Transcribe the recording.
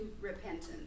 repentance